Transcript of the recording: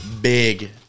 big